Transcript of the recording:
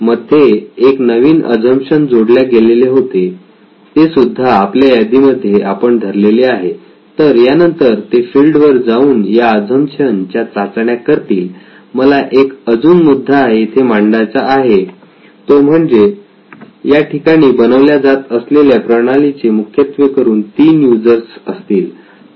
मध्ये एक नवीन अझम्पशन जोडल्या गेले होते ते सुद्धा आपल्या यादीमध्ये आपण धरलेले आहे तर यानंतर ते फिल्ड वर जाऊन या अझम्पशन च्या चाचण्या करतील मला एक अजून मुद्दा येथे मांडायचा आहे तो म्हणजे याठिकाणी बनवल्या जात असलेल्या प्रणालीचे मुख्यत्वेकरून तीन युजर्स असतील